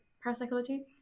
parapsychology